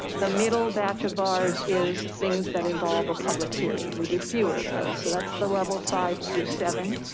the middle batch of bars is things that involve a public hearing. we do fewer of those. so that's the level of five through seven.